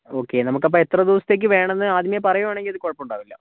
okay നമുക്കപ്പോൾ എത്ര ദിവസത്തേക്ക് വേണമെന്ന് ആദ്യമേ പറയുകയാണെങ്കിൽ അത് കുഴപ്പമുണ്ടാവൂല്ല